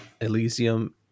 Elysium